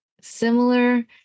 similar